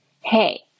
Hey